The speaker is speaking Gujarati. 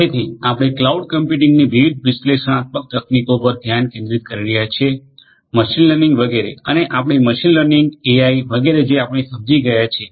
તેથી આપણે ક્લાઉડ કમ્પ્યુટિંગની વિવિધ વિશ્લેષણાત્મક તકનીકોને પર ધ્યાન કેન્દ્રિત કરી રહ્યા છીએ મશીન લર્નિંગ વગેરે અને આપણે મશીન લર્નિંગ એઆઈ વગેરે જે આપણે સમજી ગયા છીએ